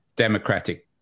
democratic